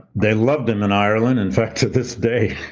they loved him in ireland. in fact, to this day,